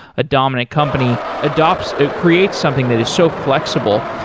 a dominant company adopts, creates something that is so flexible.